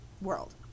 world